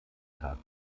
tag